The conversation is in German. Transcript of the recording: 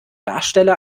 darsteller